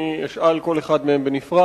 אני אשאל על כל אחד מהם בנפרד.